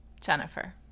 Jennifer